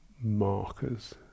markers